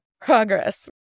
progress